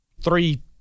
three